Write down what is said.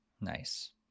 Nice